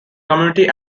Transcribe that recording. community